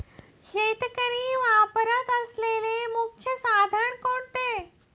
शेतकरी वापरत असलेले मुख्य साधन कोणते?